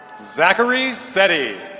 zachary so cetti.